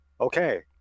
okay